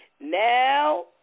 Now